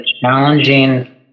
challenging